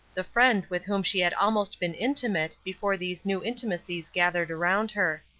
the friend with whom she had almost been intimate before these new intimacies gathered around her.